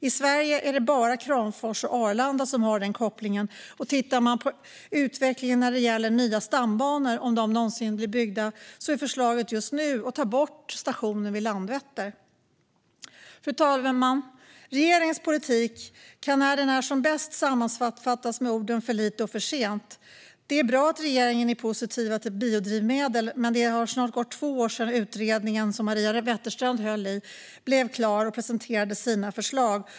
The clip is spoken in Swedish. I Sverige är det bara Kramfors och Arlanda som har den kopplingen, och tittar man på utvecklingen när det gäller nya stambanor, om de någonsin blir byggda, ser man att förslaget just nu är att ta bort stationen vid Landvetter. Fru talman! Regeringens politik kan, när den är som bäst, sammanfattas med orden för lite och för sent. Det är bra att regeringen är positiv till biodrivmedel, men det har snart gått två år sedan den utredning som Maria Wetterstrand höll i blev klar och presenterade sina förslag.